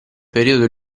periodo